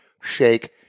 shake